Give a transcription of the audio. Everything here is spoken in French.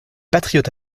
patriotes